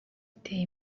iteye